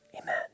amen